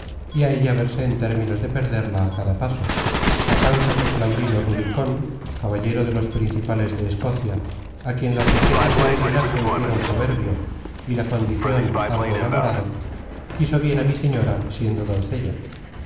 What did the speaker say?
á ella verse en términos de perderla á cada paso á causa que claudino rubicón caballero de los principales de escocia á quien las riquezas y el linaje hicieron soberbio y la condicion algo enamorado quiso bien á mi señora siendo doncella